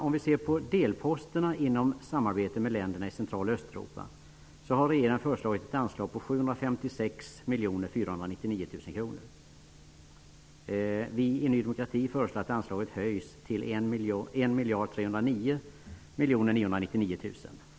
Vad gäller delposterna i samarbetet med länderna i Central och Östeuropa har regeringen föreslagit ett anslag om 756 499 000 kronor. Vi i Ny demokrati föreslår att det anslaget höjs till 1 309 999 000 kronor.